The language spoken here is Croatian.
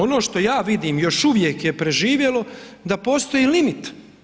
Ono što ja vidim, još uvijek je preživjelo, da postoji limit.